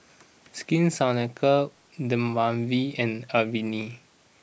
Skin Ceuticals Dermaveen and Avene